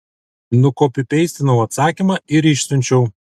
nukopipeistinau atsakymą ir išsiunčiau